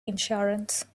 insurance